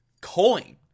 coin